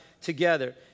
together